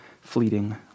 fleeting